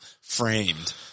framed